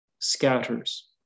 scatters